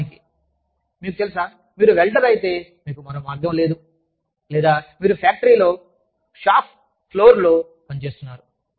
వాస్తవానికి మీకు తెలుసా మీరు వెల్డర్ అయితే మీకు మరో మార్గం లేదు లేదా మీరు ఫ్యాక్టరీలో షాప్ ఫ్లోర్ లో పనిచేస్తున్నారు